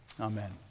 Amen